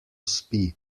spi